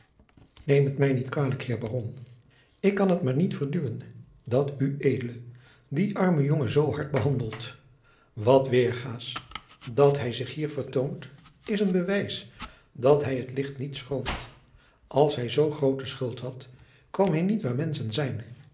neem het mij niet kwalijk heer baron ik kan het maar niet verduwen dat ued dien armen jongen zoo hard behandelt wat weergaas dat hij zich hier vertoont is een bewijs dat hij het licht niet schroomt als hij zco groote schuld had kwam hij niet waar menschen zijn